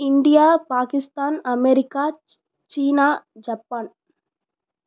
India Pakistan America ச்சு China Japan